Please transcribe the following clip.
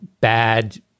bad